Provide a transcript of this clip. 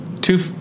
two